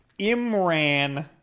Imran